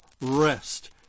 rest